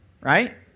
right